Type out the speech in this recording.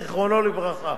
זיכרונו לברכה.